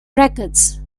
records